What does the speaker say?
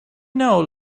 know